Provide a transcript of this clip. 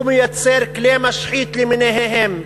הוא מייצר כלי משחית למיניהם.